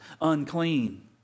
unclean